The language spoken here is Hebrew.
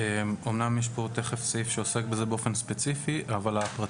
אמנם יש פה תכף סעיף שתכף נקרא אותו